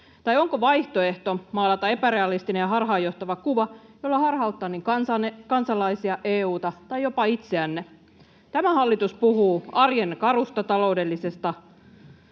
Tai onko vaihtoehto maalata epärealistinen ja harhaanjohtava kuva, jolla harhauttaa niin kansalaisia, EU:ta tai jopa itseänne? Tämä hallitus puhuu arjen karusta taloudesta